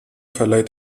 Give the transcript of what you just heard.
verleiht